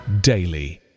daily